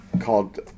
called